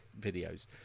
videos